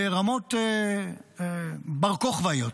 ברמות בר-כוכבאיות,